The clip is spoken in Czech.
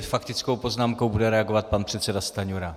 S faktickou poznámkou bude reagovat pan předseda Stanjura.